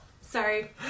Sorry